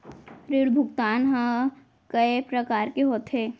ऋण भुगतान ह कय प्रकार के होथे?